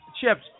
Chips